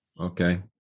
okay